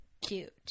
cute